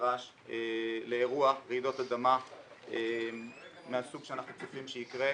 כנדרש לאירוע רעידות אדמה מהסוג שאנחנו צופים שיקרה.